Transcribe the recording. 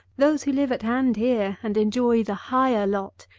those who live at hand here, and enjoy the higher lot.